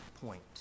point